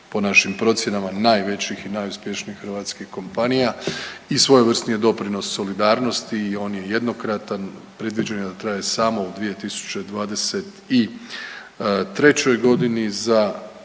po našim procjenama najvećih i najuspješnijih hrvatskih kompanija i svojevrsni je doprinos solidarnosti i on je jednokratan, predviđen je da traje samo u 2023.g. za